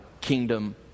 kingdom